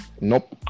nope